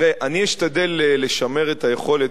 אני אשתדל לשמר את היכולת גם להיות